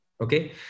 Okay